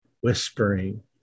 whispering